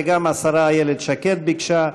וגם השרה איילת שקד ביקשה.